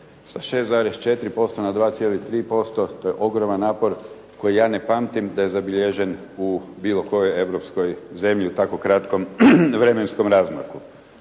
Sa 6,4% na 2,3%, to je ogroman napor koji ja ne pamtim da je zabilježen u bilo kojoj europskoj zemlji u tako kratkom vremenskom razmaku.